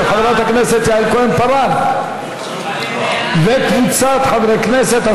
של חברת הכנסת יעל כהן-פארן וקבוצת חברי הכנסת.